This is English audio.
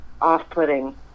off-putting